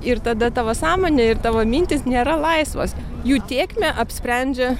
ir tada tavo sąmonė ir tavo mintys nėra laisvos jų tėkmę apsprendžia